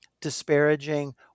disparaging